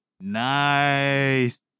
Nice